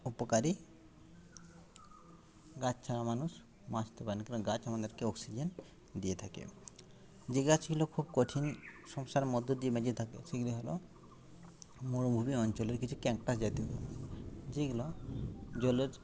উপকারী গাছ ছাড়া মানুষ বাঁচতে পারে না কারণ গাছ আমাদেরকে অক্সিজেন দিয়ে থাকে যে গাছগুলো খুব কঠিন সমস্যার মধ্য দিয়ে বেঁচে থাকে সেগুলি হলো মরুভূমি অঞ্চলের কিছু ক্যাকটাস জাতীয় গাছ যেইগুলো জলের